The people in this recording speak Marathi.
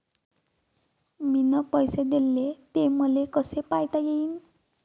मिन पैसे देले, ते मले कसे पायता येईन?